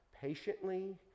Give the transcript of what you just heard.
patiently